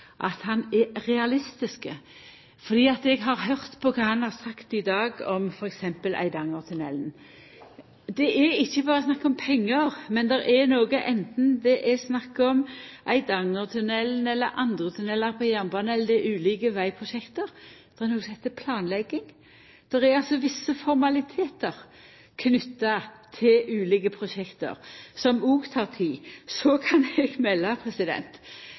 kva han har sagt i dag om f.eks. Eidangertunnelen. Det er ikkje berre snakk om pengar. Anten det er snakk om Eidangertunnelen eller andre tunnelar på jernbanen eller ulike vegprosjekt, er det noko som heiter planlegging. Det er altså visse formalitetar knytte til ulike prosjekt som òg tek tid. Så kan eg melda